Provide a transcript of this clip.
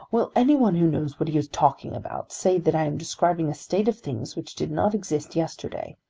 will any one who knows what he is talking about say that i am describing a state of things which did not exist yesterday?